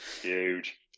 Huge